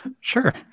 Sure